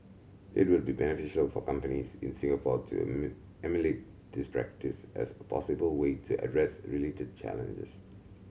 it would be beneficial for companies in Singapore to emulate this practice as a possible way to address related challenges